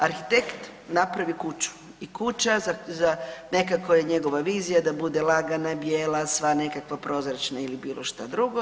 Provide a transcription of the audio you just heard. Arhitekt napravi kuću i kuća neka koja je njegova vizija da bude lagana, bijela, sva nekakva prozračna ili bilo šta drugo.